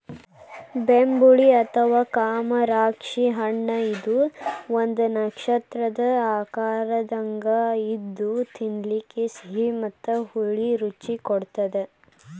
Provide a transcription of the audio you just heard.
ಬೆಂಬುಳಿ ಅಥವಾ ಕಮರಾಕ್ಷಿ ಹಣ್ಣಇದು ಒಂದು ನಕ್ಷತ್ರದ ಆಕಾರದಂಗ ಇದ್ದು ತಿನ್ನಲಿಕ ಸಿಹಿ ಮತ್ತ ಹುಳಿ ರುಚಿ ಕೊಡತ್ತದ